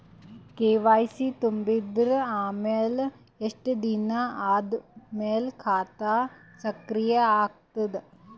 KYC ತುಂಬಿದ ಅಮೆಲ ಎಷ್ಟ ದಿನ ಆದ ಮೇಲ ಖಾತಾ ಸಕ್ರಿಯ ಅಗತದ?